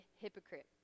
hypocrite